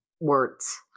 words